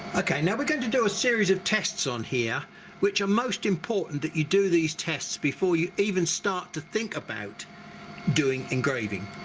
ok now we're going to do a series of tests on here which are most important that you do these tests before you even start to think about doing engraving.